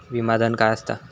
विमा धन काय असता?